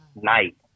night